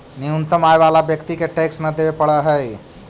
न्यूनतम आय वाला व्यक्ति के टैक्स न देवे पड़ऽ हई